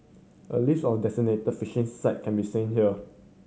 a list of designated fishing site can be seen here